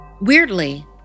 Weirdly